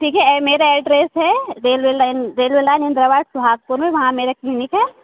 ठीक है ए मेरा एड्रेस है railway line railway line Indrawas Suhagpur में वहाँ मेरा क्लीनिक है